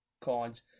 cards